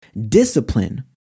Discipline